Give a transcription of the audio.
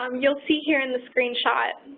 um you'll see here in the screenshot